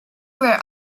were